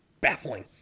baffling